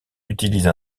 utilise